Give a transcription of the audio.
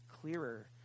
clearer